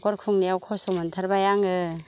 न'खर खुंनायाव खस्थ' मोनथारबाय आङो